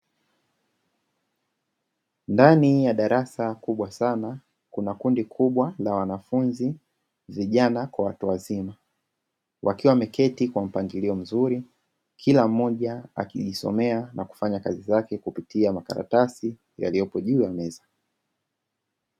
Ndani ya darasa kubwa sana kuna kundi kubwa la wanafunzi, vijana kwa watu wazima, wakiwa wameketi kwa mpangilio mzuri kila mmoja akijisomea na kufanya kazi yake kupitia makaratasi yaliyoko juu ya meza.